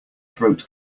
throat